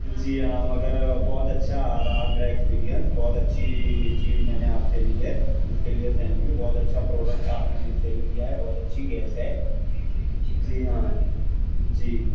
جی ہاں مگر بہت اچھا آرہا میرا ایکسپیرینس بہت اچھی چیز میں نے آپ سے لی ہے اس کے لیے تھینک یو بہت اچھا پروڈکٹ آپ نے سیل کیا ہے بہت اچھی گیس ہے جی ہاں جی